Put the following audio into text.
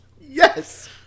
Yes